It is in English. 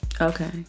Okay